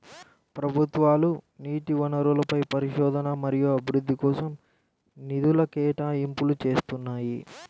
ప్రభుత్వాలు నీటి వనరులపై పరిశోధన మరియు అభివృద్ధి కోసం నిధుల కేటాయింపులు చేస్తున్నాయి